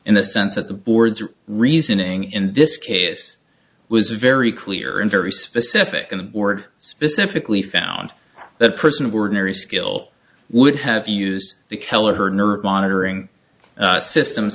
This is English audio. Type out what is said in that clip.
in the sense that the board's reasoning in this case was very clear and very specific and ordered specifically found that person of ordinary skill would have used the kelleher nerve monitoring system